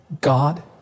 God